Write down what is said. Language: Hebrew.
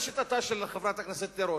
לשיטתה של חברת הכנסת תירוש,